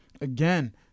Again